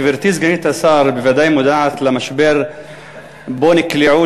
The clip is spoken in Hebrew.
גברתי סגנית השר בוודאי מודעת למשבר שאליו נקלעו,